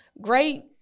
great